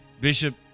Bishop